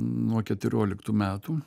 nuo keturioliktų metų